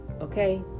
Okay